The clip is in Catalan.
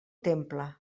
temple